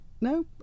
no